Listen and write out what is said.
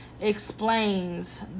explains